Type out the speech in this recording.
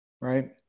right